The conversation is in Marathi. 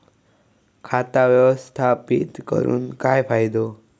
खाता व्यवस्थापित करून काय फायदो?